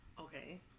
okay